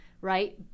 right